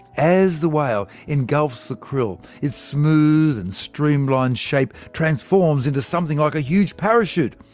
as the whale engulfs the krill, its smooth and streamlined shape transforms into something like a huge parachute.